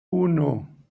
uno